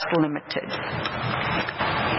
limited